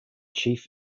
chief